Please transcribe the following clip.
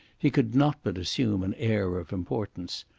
he could not but assume an air of importance.